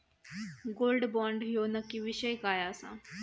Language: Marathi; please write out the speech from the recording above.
गोल्ड बॉण्ड ह्यो नक्की विषय काय आसा?